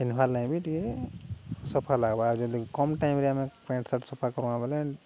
ପିନ୍ଧବାର୍ ଲାଗି ବି ଟିକେ ସଫା ଲାଗ୍ବା ଆଉ ଯଦି କମ୍ ଟାଇମ୍ରେ ଆମେ ପ୍ୟାଣ୍ଟ ସାର୍ଟ ସଫା କରୁ ବଲେ